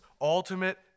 ultimate